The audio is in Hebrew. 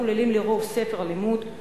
הכוללים על-פי רוב ספר לימוד,